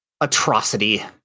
atrocity